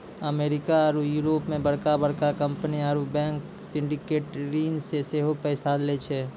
America आरु यूरोपो मे बड़का बड़का कंपनी आरु बैंक सिंडिकेटेड ऋण से सेहो पैसा लै छै